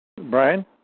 Brian